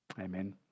Amen